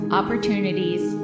opportunities